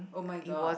[oh]-my-god